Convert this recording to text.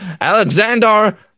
Alexander